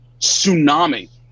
tsunami